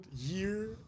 year